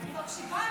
אני מקשיבה.